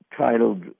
titled